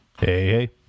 hey